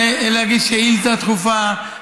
אתה יכול להגיש שאילתה דחופה,